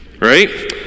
right